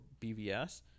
BVS